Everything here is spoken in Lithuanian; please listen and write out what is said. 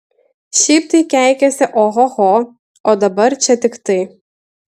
šiaip tai keikiasi ohoho o dabar čia tik tai